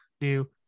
new